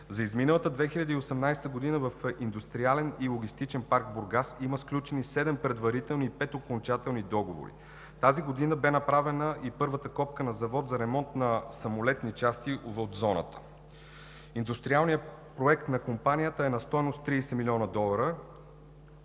За изминалата 2018 г. в „Индустриален и логистичен парк – Бургас“ има сключени 7 предварителни и 5 окончателни договора. Тази година беше направена и първата копка на Завод за ремонт на самолетни части от зоната. Индустриалният проект на компанията е на стойност 30 млн. долара,